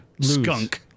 skunk